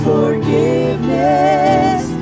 Forgiveness